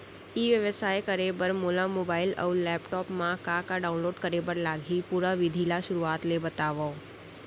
ई व्यवसाय करे बर मोला मोबाइल अऊ लैपटॉप मा का का डाऊनलोड करे बर लागही, पुरा विधि ला शुरुआत ले बतावव?